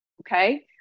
Okay